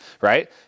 right